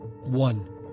One